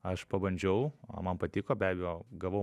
aš pabandžiau man patiko be abejo gavau